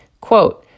quote